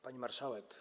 Pani Marszałek!